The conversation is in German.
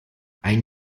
ein